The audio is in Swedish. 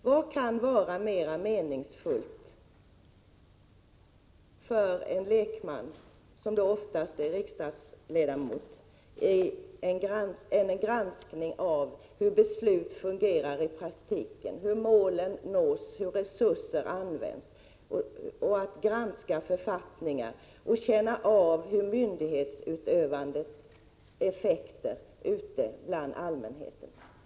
Vad kan vara mera meningsfullt för en lekman, som oftast är riksdagsledamot, än att granska hur beslut fungerar i praktiken, hur målen nås, hur resurser används, än att granska författningar och att känna av myndighetsutövandets effekter ute bland allmänheten!